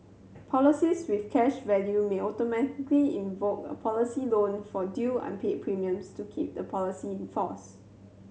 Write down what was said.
policies with cash value may automatically invoke a policy loan for due unpaid premiums to keep the policy in force